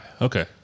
Okay